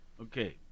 Okay